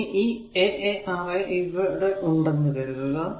ഇനി ഈ a a R a ഇവിടെ ഉണ്ടെന്നു കരുതുക